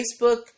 Facebook